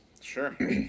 Sure